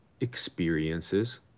experiences